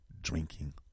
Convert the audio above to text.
drinking